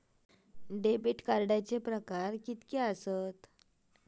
Debit कार्डचे प्रकार कीतके आसत?